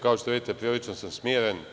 Kao što vidite, prilično sam smiren.